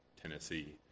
Tennessee